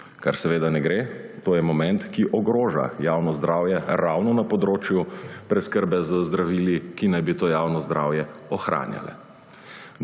Kar seveda ne gre, to je moment, ki ogroža javno zdravje ravno na področju preskrbe z zdravili, ki naj bi to javno zdravje ohranjala.